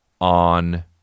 on